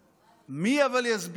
אבל מי יסביר לציבור?